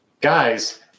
guys